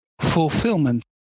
fulfillment